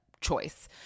choice